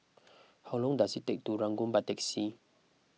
how long does it take to Ranggung by taxi